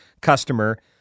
customer